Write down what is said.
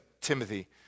Timothy